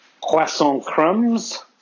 Croissant-Crumbs